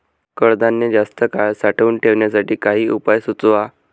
कडधान्य जास्त काळ साठवून ठेवण्यासाठी काही उपाय सुचवा?